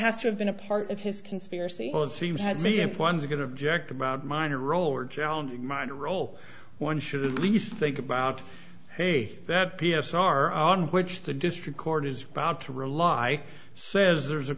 has to have been a part of his conspiracy and seems had me if one is going to jack about minor role or challenging minor role one should at least think about hey that p s r on which the district court is about to rely says there's a